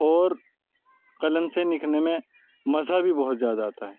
اور قلم سے لکھنے میں مزہ بھی بہت زیادہ آتا ہے